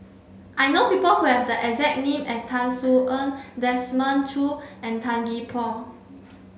I know people who have the exact name as Tan Sin Aun Desmond Choo and Tan Gee Paw